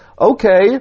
okay